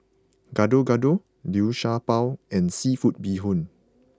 Gado Gado Liu Sha Bao and Seafood Bee Hoon